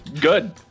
Good